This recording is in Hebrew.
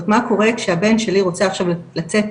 מה קורה כשהבן שלי רוצה עכשיו לצאת